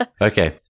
Okay